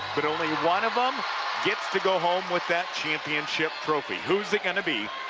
but only one of them gets to go home with that championship trophy. who's it going to be?